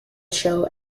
show